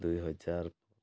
ଦୁଇ ହଜାର